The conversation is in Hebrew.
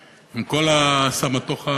עם כל הסמטוחה